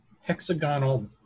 hexagonal